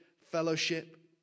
fellowship